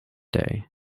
day